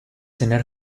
cenar